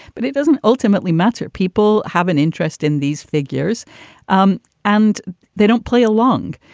but it doesn't ultimately matter. people have an interest in these figures um and they don't play along.